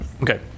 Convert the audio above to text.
okay